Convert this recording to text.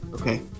Okay